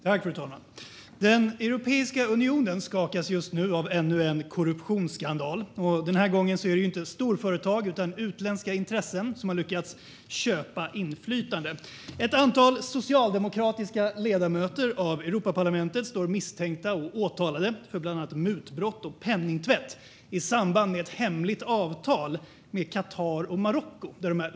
Fru talman! Europeiska unionen skakas just nu av ännu en korruptionsskandal. Den här gången är det inte storföretag utan utländska intressen som har lyckats köpa inflytande. Ett antal socialdemokratiska ledamöter av Europaparlamentet står misstänkta och åtalade för bland annat mutbrott och penningtvätt i samband med ett hemligt avtal med Qatar och Marocko.